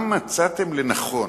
מה מצאתם לנכון,